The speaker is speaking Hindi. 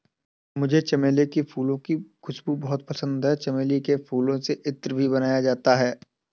मुझे चमेली के फूलों की खुशबू बहुत पसंद है चमेली के फूलों से इत्र भी बनाया जाता है